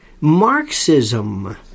Marxism